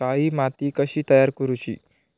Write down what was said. काळी माती कशी तयार करूची?